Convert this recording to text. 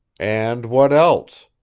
and what else?